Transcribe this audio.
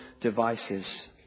devices